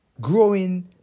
growing